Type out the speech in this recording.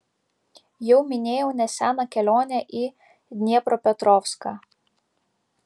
jau minėjau neseną kelionę į dniepropetrovską